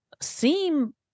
seem